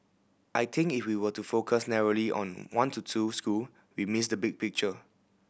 I think if we were to focus narrowly on one to two school we miss the big picture